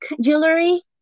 jewelry